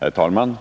Herr talman!